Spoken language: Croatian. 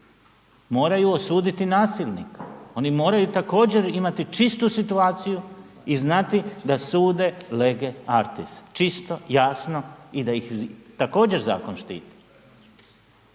Moraju osuditi nasilnika, oni moraju također imati čistu situaciju i znati da sude legeartis, čisto, jasno i da ih također zakon štiti.